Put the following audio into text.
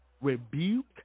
rebuke